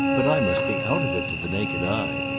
but i must be out of it to the naked eye.